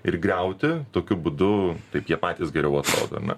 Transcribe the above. ir griauti tokiu būdu taip jie patys geriau atrodo ar ne